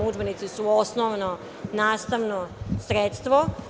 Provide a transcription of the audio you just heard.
Udžbenici su osnovno nastavno sredstvo.